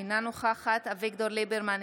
אינה נוכחת אביגדור ליברמן,